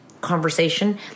conversation